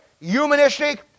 humanistic